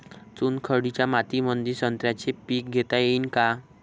चुनखडीच्या मातीमंदी संत्र्याचे पीक घेता येईन का?